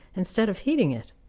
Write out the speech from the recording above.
instead of heating it.